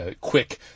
quick